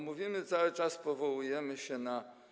Mówimy cały czas o tym, powołujemy się na